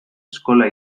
eskola